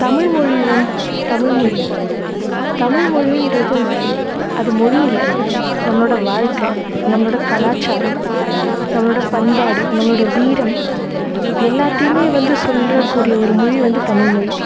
தமிழ்மொழி வந் தமிழ்மொழி தமிழ்மொழின்றது அது மொழி இல்லை நம்மளோடய வாழ்க்கை நம்மளோடய கலாச்சாரம் நம்மளோடய பண்பாடு நம்மளோடய வீரம் எல்லாத்தையுமே வந்து சொல்லக்கூடிய ஒரு மொழி வந்து தமிழ்மொழி